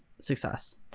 success